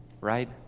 right